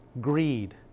greed